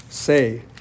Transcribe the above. say